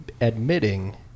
admitting